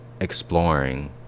exploring